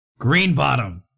Greenbottom